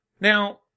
Now